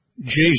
Jesus